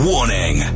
Warning